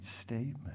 statement